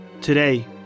Today